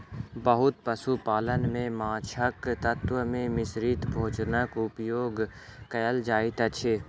बहुत पशु पालन में माँछक तत्व सॅ निर्मित भोजनक उपयोग कयल जाइत अछि